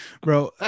Bro